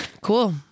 cool